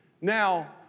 Now